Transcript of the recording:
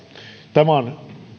tämä on